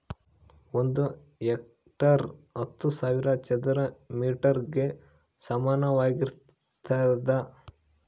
ಒಂದು ಹೆಕ್ಟೇರ್ ಹತ್ತು ಸಾವಿರ ಚದರ ಮೇಟರ್ ಗೆ ಸಮಾನವಾಗಿರ್ತದ